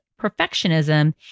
perfectionism